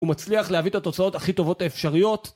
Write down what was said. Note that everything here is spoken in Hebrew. הוא מצליח להביא את התוצאות הכי טובות האפשריות